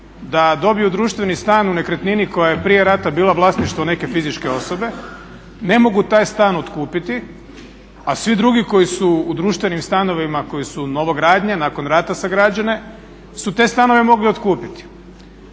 da dobiju društveni stan u nekretnini koja je prije rata bila vlasništvo neke fizičke osobe ne mogu taj stan otkupiti, a svi drugi koji su u društvenim stanovima koji su novogradnje, nakon rata sagrađene su te stanove mogli otkupiti.